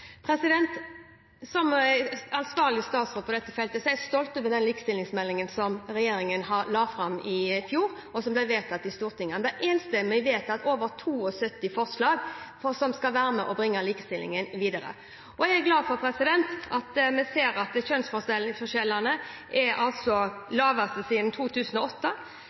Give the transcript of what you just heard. Som ansvarlig statsråd på dette feltet er jeg stolt av den likestillingsmeldingen som regjeringen la fram i fjor, og som ble vedtatt i Stortinget. Det ble enstemmig vedtatt over 72 forslag som skal være med og bringe likestillingen videre. Jeg er glad for at vi ser at kjønnsforskjellene er de laveste siden 2008.